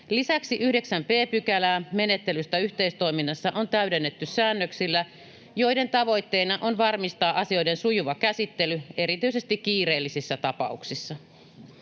Lisäksi 9 b §:ää menettelystä yhteistoiminnassa on täydennetty säännöksillä, joiden tavoitteena on varmistaa asioiden sujuva käsittely erityisesti kiireellisissä tapauksissa.